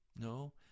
No